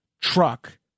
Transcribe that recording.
truck